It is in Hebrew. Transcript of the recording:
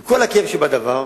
עם כל הכאב שבדבר.